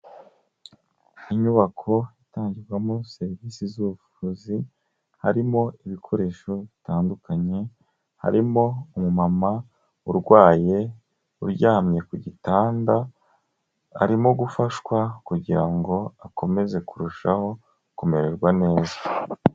Inyubako itangirwamo serivisi z'ubuvuzi, harimo ibikoresho bitandukanye, harimo umumama urwaye uryamye ku gitanda, arimo gufashwa kugira ngo akomeze kurushaho kumererwa neza.